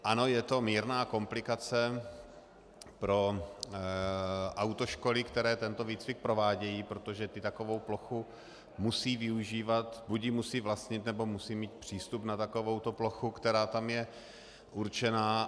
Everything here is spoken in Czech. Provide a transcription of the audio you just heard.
Ano, je to mírná komplikace pro autoškoly, které tento výcvik provádějí, protože ty takovou plochu musí využívat, buď ji musí vlastnit, nebo musí mít přístup na takovouto plochu, která tam je určená.